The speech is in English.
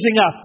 up